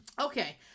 Okay